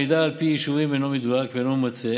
המידע על פי יישובים אינו מדויק ואינו ממצה,